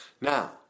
Now